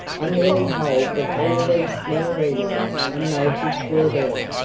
i merely hold that all these small reasons and motives were there,